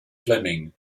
fleming